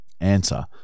Answer